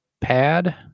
pad